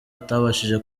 atabashije